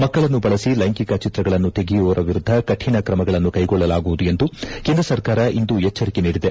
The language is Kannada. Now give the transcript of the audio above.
ಮಕ್ಕಳನ್ನು ಬಳಸಿ ಲೈಂಗಿಕ ಚಿತ್ರಗಳನ್ನು ತೆಗೆಯುವವರ ವಿರುದ್ದ ಕಾಣ ಕ್ರಮಗಳನ್ನು ಕೈಗೊಳ್ಳಲಾಗುವುದು ಎಂದು ಕೇಂದ್ರ ಸರ್ಕಾರ ಇಂದು ಎಚ್ಚರಿಕೆ ನೀಡಿದೆ